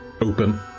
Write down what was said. open